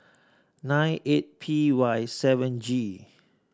nine eight P Y seven G